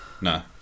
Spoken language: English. no